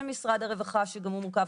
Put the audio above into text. של משרד הרווחה שגם הוא מוכר.